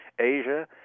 Asia